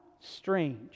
strange